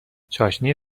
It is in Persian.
چاشنی